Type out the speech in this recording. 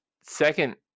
second